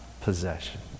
possession